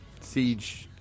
siege